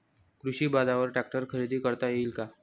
कृषी बाजारवर ट्रॅक्टर खरेदी करता येईल का?